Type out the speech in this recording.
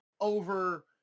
over